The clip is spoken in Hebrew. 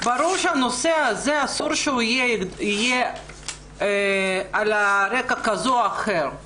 ברור שהנושא הזה לא צריך להיות על רקע כזה או אחר,